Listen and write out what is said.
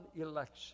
election